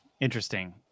interesting